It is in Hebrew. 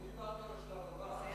אני דיברתי על השלב הבא.